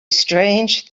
strange